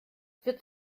für